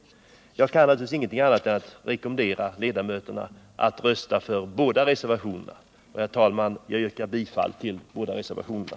Jag kan naturligtvis inte göra annat än att rekommendera ledamöterna att rösta för båda reservationerna. Herr talman! Jag yrkar bifall till båda reservationerna.